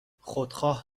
خودخواه